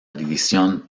división